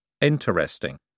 Interesting